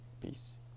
Peace